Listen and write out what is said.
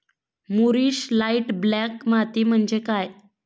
मूरिश light black माती म्हणजे काय?